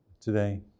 today